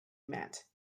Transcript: met